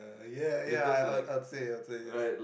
ya ya I I would say I would say yes